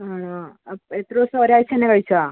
ആണോ അപ്പോൾ എത്ര ദിവസം ഒരു ആഴ്ച തന്നെ കഴിച്ചോ